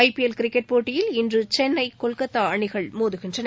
ஐ PL cricket போட்டியில் இன்றுசென்னை கொல்கத்தாஅணிகள் மோதுகின்றன